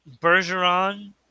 Bergeron